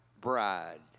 bride